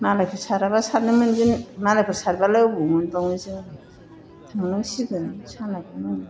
मालायफोर साराबा सारनो मोनगोन मालायफोर सारबालाय बबाव मोनबावनो जों थांनांसिगोन सानाबो नै